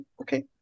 Okay